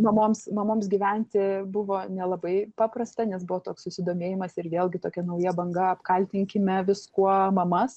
mamoms mamoms gyventi buvo nelabai paprasta nes buvo toks susidomėjimas ir vėlgi tokia nauja banga apkaltinkime viskuo mamas